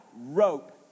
rope